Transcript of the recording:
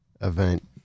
event